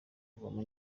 kuvamo